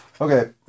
Okay